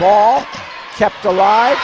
ball kept alive